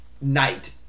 night